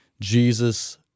Jesus